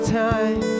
time